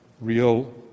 real